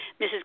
Mrs